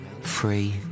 Free